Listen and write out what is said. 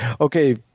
Okay